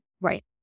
Right